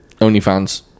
OnlyFans